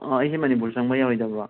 ꯑꯩꯁꯦ ꯃꯅꯤꯄꯨꯔ ꯆꯪꯕ ꯌꯥꯔꯣꯏꯗꯕ꯭ꯔꯣ